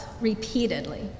repeatedly